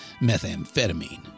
methamphetamine